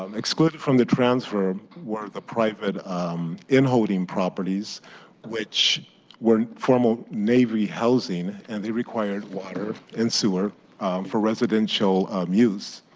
um excluded from the transfer where the private in holding properties which were former navy housing and the required water and sewer for residential um use.